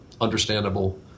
understandable